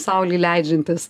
saulei leidžiantis